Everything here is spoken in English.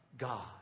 God